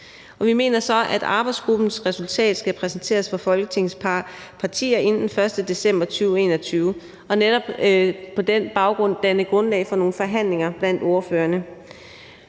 vi mener så, at arbejdsgruppens resultat skal præsenteres for Folketingets partier inden den 1. december 2021 og netop på den baggrund danne grundlag for nogle forhandlinger blandt ordførerne.